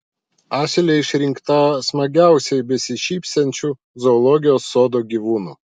asilė išrinkta smagiausiai besišypsančiu zoologijos sodo gyvūnu